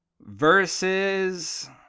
versus